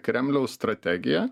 kremliaus strategija